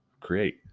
create